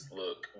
look